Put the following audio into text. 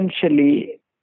essentially